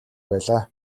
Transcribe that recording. байлаа